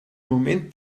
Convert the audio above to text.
moment